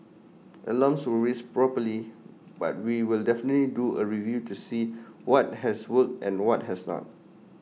alarms were raised properly but we will definitely do A review to see what has worked and what has not